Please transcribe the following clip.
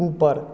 उपर